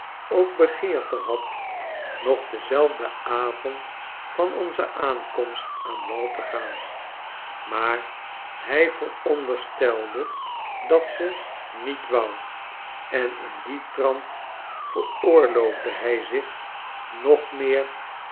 ook begeerte had nog denzelfden avond van onze aankomst aan wal te gaan maar hij veronderstelde dat ze niet wou en in dien trant veroorloofde hij zich nog meer